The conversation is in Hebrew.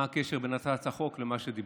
מה הקשר בין הצעת החוק למה שדיברת?